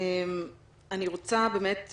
אני רוצה באמת,